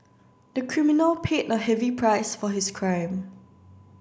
the criminal paid a heavy price for his crime